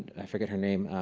i forget her name.